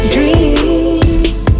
Dreams